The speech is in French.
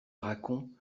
racon